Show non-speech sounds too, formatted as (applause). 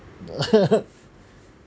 (laughs)